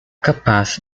capaz